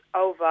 over